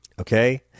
Okay